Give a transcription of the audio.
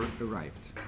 arrived